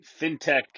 fintech